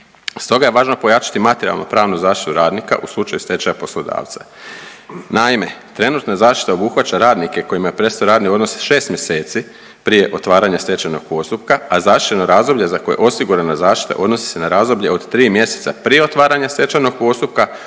Stoga je važno pojačati materijalno-pravnu zaštitu radnika u slučaju stečaja poslodavca. Naime, trenutna zaštita obuhvaća radnike kojima je prestao radni odnos 6 mjeseci prije otvaranja stečajnog postupka, a zaštićeno razdoblje za koje je osigurana zaštita odnosi se na razdoblje od 3 mjeseca prije otvaranja stečajnog postupka